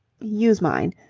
use mine.